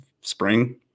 spring